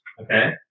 Okay